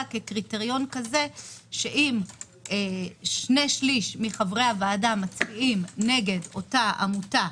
כקריטריון כזה שאם שני-שלישים מחבר הוועדה מצביעים נגד אותה עמותה,